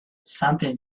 something